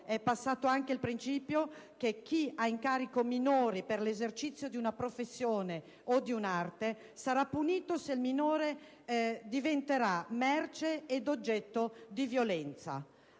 è passato anche il principio per cui chi ha dei minori a carico per l'esercizio di una professione o di un'arte sarà punito se il minore diventerà merce ed oggetto di violenza.